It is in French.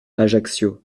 ajaccio